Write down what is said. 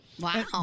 Wow